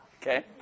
Okay